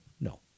No